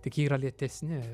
tik jie yra lėtesni